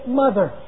mother